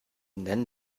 nennen